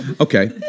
Okay